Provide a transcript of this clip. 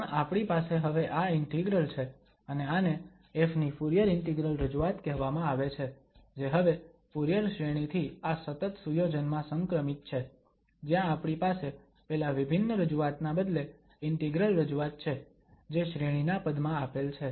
પણ આપણી પાસે હવે આ ઇન્ટિગ્રલ છે અને આને ƒ ની ફુરીયર ઇન્ટિગ્રલ રજૂઆત કહેવામાં આવે છે જે હવે ફુરીયર શ્રેણી થી આ સતત સુયોજનમાં સંક્રમિત છે જ્યાં આપણી પાસે પેલા વિભિન્ન રજૂઆતના બદલે ઇન્ટિગ્રલ રજૂઆત છે જે શ્રેણીના પદમાં આપેલ છે